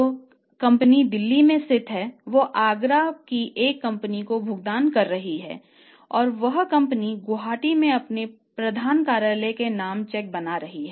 जो कंपनी दिल्ली में स्थित है वह आगरा की एक कंपनी को भुगतान कर रही है और वह कंपनी गुवाहाटी में अपने प्रधान कार्यालय के नाम पर चेक बना रही है